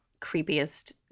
creepiest